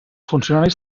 funcionaris